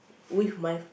with my